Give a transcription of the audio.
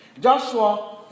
Joshua